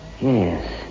Yes